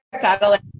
satellite